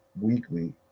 Weekly